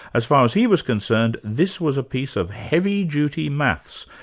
as far as he was concerned, this was a piece of heavy-duty maths,